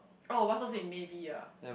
oh white socks in maybe ah